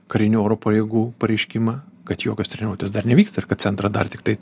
karinių oro pajėgų pareiškimą kad jokios treniruotės dar nevyksta ir kad centrą dar tiktai